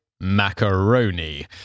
macaroni